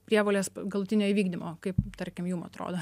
prievolės galutinio įvykdymo kaip tarkim jum atrodo